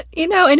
you know, and